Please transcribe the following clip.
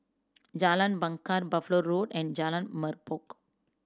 Jalan Bungar Buffalo Road and Jalan Merbok